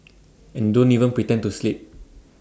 and don't even pretend to sleep